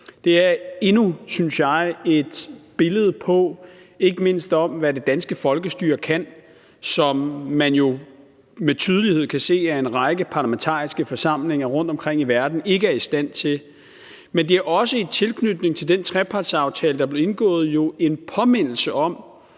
mindst endnu et billede på, hvad det danske folkestyre kan, hvilket man jo med tydelighed kan se at en række parlamentariske forsamlinger rundtomkring i verden ikke er i stand til, men i tilknytning til den trepartsaftale, der blev indgået, er det jo